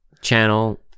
Channel